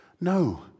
No